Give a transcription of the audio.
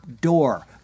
door